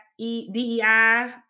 DEI